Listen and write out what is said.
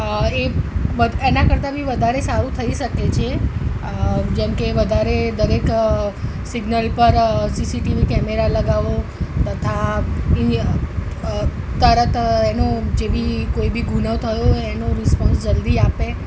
અ એના કરતાં બી વધારે સારું થઈ શકે છે જેમકે વધારે દરેક સિગ્નલ પર સીસીટીવી કેમેરા લગાવો તથા તરત એનો જે બી કોઈ બી ગુનો થયો હોય તેનું રિસ્પોન્સ જલ્દી આપે